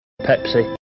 Pepsi